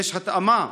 יש התאמה,